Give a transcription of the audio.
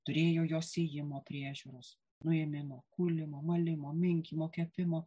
turėjo jos sėjimo priežiūros nuėmimo kūlimo malimo minkymo kepimo